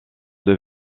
deux